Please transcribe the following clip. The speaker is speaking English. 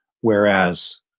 Whereas